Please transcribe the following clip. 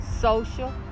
social